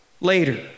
later